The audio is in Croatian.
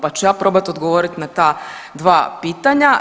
Pa ću ja probat odgovoriti na ta dva pitanja.